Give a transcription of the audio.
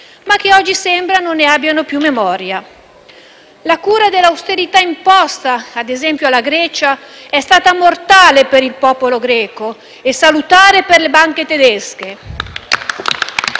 ma che oggi sembra non ne abbiano più memoria. La cura dell'austerità imposta alla Grecia è stata mortale per il popolo greco e salutare per le banche tedesche.